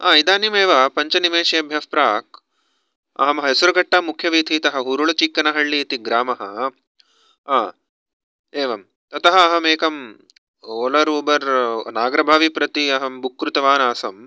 इदानीं एव पञ्चनिमिषेभ्यः प्राक् अहं हेसरघट्टमुख्यवीथीतः उरुलुचिक्कनहल्ली इति ग्रामः एवं ततः अहं एकं ओला ऊबर् नागर्भावि प्रति अहं बुक कृतवान् आसम्